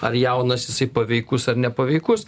ar jaunas jisai paveikus ar nepaveikus